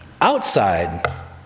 Outside